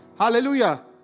Hallelujah